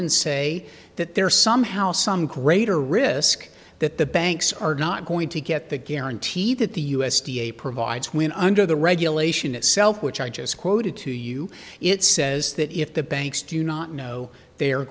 and say that there somehow some greater risk that the banks are not going to get the guarantee that the u s d a provides when under the regulation itself which i just quoted to you it says that if the banks do not know they